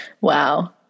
Wow